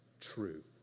true